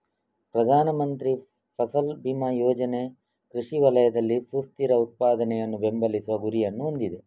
ಪ್ರಧಾನ ಮಂತ್ರಿ ಫಸಲ್ ಬಿಮಾ ಯೋಜನೆ ಕೃಷಿ ವಲಯದಲ್ಲಿ ಸುಸ್ಥಿರ ಉತ್ಪಾದನೆಯನ್ನು ಬೆಂಬಲಿಸುವ ಗುರಿಯನ್ನು ಹೊಂದಿದೆ